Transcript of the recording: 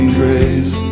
grace